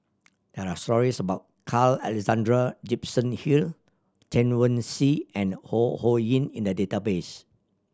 there are stories about Carl Alexander Gibson Hill Chen Wen Hsi and Ho Ho Ying in the database